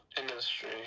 industry